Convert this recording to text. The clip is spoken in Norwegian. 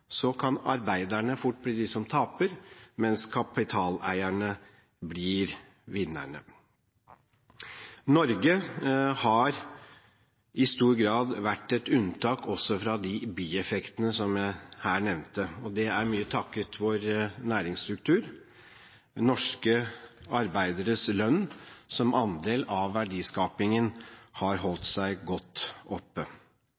kan arbeiderne fort bli de som taper, mens kapitaleierne blir vinnerne. Norge har i stor grad vært et unntak også fra de bieffektene jeg her nevnte, og det er mye takket være vår næringsstruktur. Norske arbeideres lønn som andel av verdiskapingen har